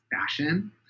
fashion